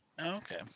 Okay